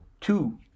two